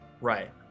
Right